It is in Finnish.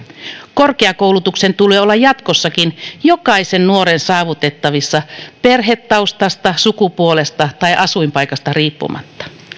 korkeakoulutuksen tulee olla jatkossakin jokaisen nuoren saavutettavissa perhetaustasta sukupuolesta tai asuinpaikasta riippumatta